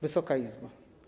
Wysoka Izbo!